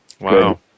Wow